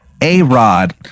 A-Rod